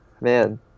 man